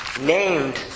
named